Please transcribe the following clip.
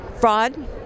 fraud